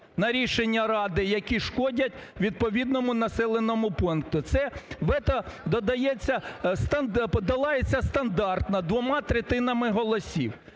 на рішення ради, які шкодять відповідному населеному пункту. Це вето додається, долається стандартно, двома третинами голосів.